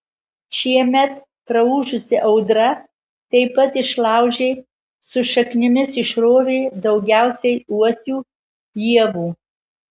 šiemet praūžusi audra taip pat išlaužė su šaknimis išrovė daugiausiai uosių ievų